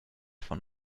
von